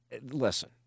listen